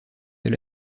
elle